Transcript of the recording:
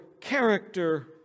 character